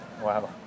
Wow